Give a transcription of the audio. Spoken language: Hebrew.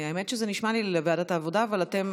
האמת היא שזה נשמע לי ועדת העבודה, אבל אתם